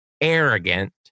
arrogant